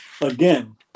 again